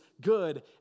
good